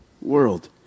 world